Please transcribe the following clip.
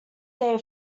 day